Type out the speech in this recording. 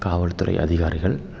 காவல்துறை அதிகாரிகள்